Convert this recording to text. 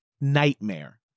Nightmare